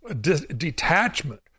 detachment